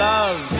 Love